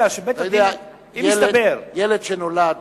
ילד שנולד